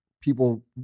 people